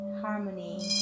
harmony